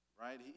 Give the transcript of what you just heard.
right